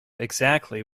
exactly